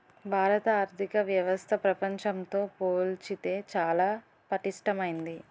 భారత ఆర్థిక వ్యవస్థ ప్రపంచంతో పోల్చితే చాలా పటిష్టమైంది